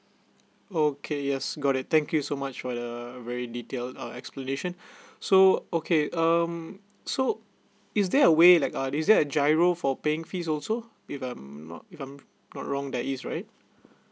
okay yes got it thank you so much for the very detailed uh explanation so okay um so is there a way like uh is there a giro for paying fees also if I'm not if I'm not wrong there is right